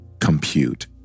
compute